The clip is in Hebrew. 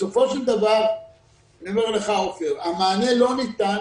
בסופו של דבר המענה לא ניתן